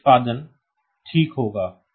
तो निष्पादन ठीक होगा